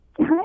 Hi